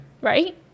Right